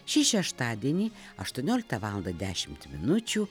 šį šeštadienį aštuonioliktą valandą dešimt minučių